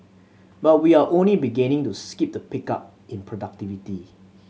but we are only beginning to skin the pickup in productivity